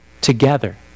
together